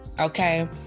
okay